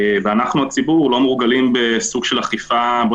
ואנחנו הציבור לא מורגלים בסוג של אכיפה בוא